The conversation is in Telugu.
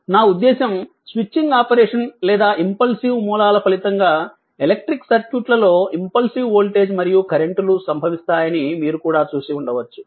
నా ఉద్దేశ్యం స్విచ్చింగ్ ఆపరేషన్ లేదా ఇంపల్సివ్ మూలాల ఫలితంగా ఎలక్ట్రిక్ సర్క్యూట్లలో ఇంపల్సివ్ వోల్టేజ్ మరియు కరెంట్ లు సంభవిస్తాయని మీరు కూడా చూసి ఉండవచ్చు